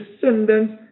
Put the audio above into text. descendants